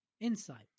insights